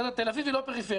תל אביב היא לא פריפריה